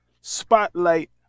spotlight